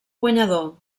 guanyador